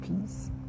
peace